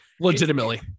legitimately